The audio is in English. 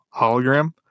hologram